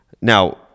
Now